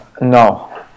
No